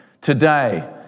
today